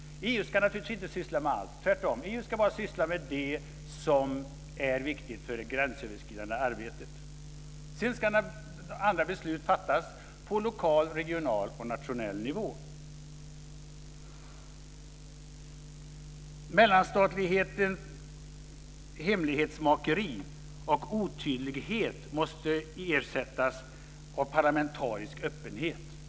EU ska naturligtvis inte syssla med allt - tvärtom. EU ska bara syssla med det som är viktigt för det gränsöverskridande arbetet. Sedan ska alla beslut fattas på lokal, regional och nationell nivå. Mellanstatlighet, hemlighetsmakeri och otydlighet måste ersättas av parlamentarisk öppenhet.